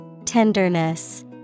Tenderness